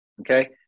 Okay